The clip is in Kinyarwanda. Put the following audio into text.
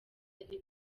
abatari